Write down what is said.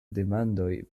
demandoj